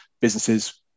businesses